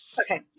Okay